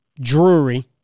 Drury